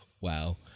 Wow